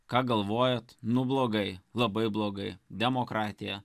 ką galvojat nu blogai labai blogai demokratija